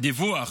דיווח